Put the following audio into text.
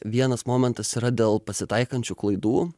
vienas momentas yra dėl pasitaikančių klaidų